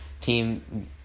team